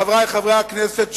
חברי חברי הכנסת,